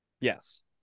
Yes